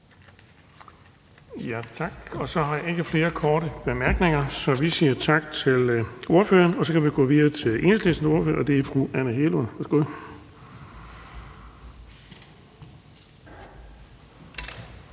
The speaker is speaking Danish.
Tak. Der er ikke flere korte bemærkninger, så vi siger tak til ordføreren. Så kan vi gå videre til Enhedslistens ordfører, og det er fru Anne Hegelund. Værsgo.